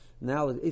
Now